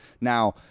Now